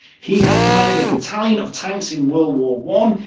he had commanded a battalion of tanks in world war one,